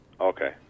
Okay